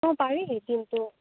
অ পাৰি কিন্তু